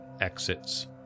exits